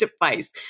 device